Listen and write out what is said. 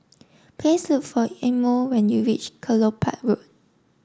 please look for Imo when you reach Kelopak Road